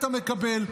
אתה מקבל.